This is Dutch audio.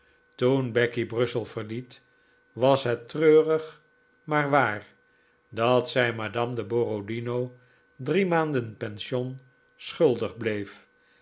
toen becky brussel verliet was het treurig maar waar dat zij madame de borodino drie maanden pension schuldig bleef